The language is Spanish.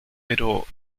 pero